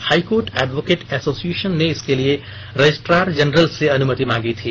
high court advocate association ने इसके लिए रजिस्ट्रार जनरल से अनुमति मांगी थी